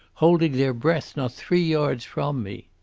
holding their breath not three yards from me.